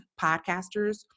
podcasters